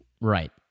Right